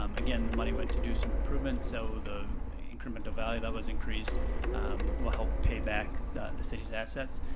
um again, the money went to do some improvements, so the incremental value that was increased will help pay back the the city's assets.